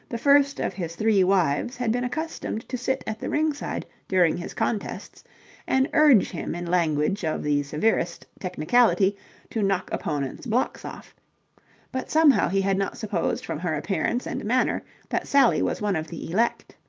the first of his three wives had been accustomed to sit at the ringside during his contests and urge him in language of the severest technicality to knock opponents' blocks off but somehow he had not supposed from her appearance and manner that sally was one of the elect.